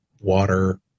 water